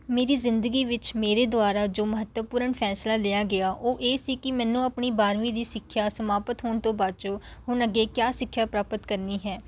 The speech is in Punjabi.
ਮੇਰੀ ਜ਼ਿੰਦਗੀ ਵਿੱਚ ਮੇਰੇ ਦੁਆਰਾ ਜੋ ਮਹੱਤਵਪੂਰਨ ਫੈਸਲਾ ਲਿਆ ਗਿਆ ਉਹ ਇਹ ਸੀ ਕਿ ਮੈਨੂੰ ਆਪਣੀ ਬਾਰ੍ਹਵੀਂ ਦੀ ਸਿੱਖਿਆ ਸਮਾਪਤ ਹੋਣ ਤੋਂ ਬਾਅਦ 'ਚੋਂ ਹੁਣ ਅੱਗੇ ਕਿਆ ਸਿੱਖਿਆ ਪ੍ਰਾਪਤ ਕਰਨੀ ਹੈ